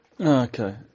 Okay